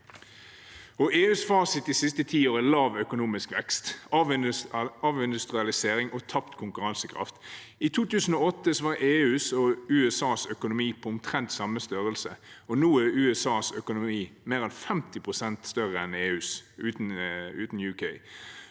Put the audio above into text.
EUs fasit de siste tiår er lav økonomisk vekst, avindustrialisering og tapt konkurransekraft. I 2008 var EUs og USAs økonomi på omtrent samme størrelse. Nå er USAs økonomi mer enn 50 pst. større enn EUs, uten